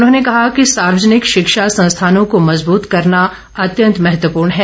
उन्होंने कहा कि सार्वजनिक शिक्षा संस्थानों को मजबूत करना अत्यंत महत्वपूर्ण है